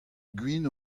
gwin